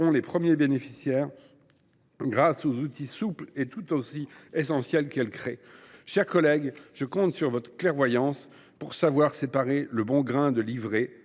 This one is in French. ses premiers bénéficiaires, grâce aux outils souples et tout aussi essentiels qu’elle crée. Chers collègues, je compte sur votre clairvoyance pour savoir séparer, comme il se doit,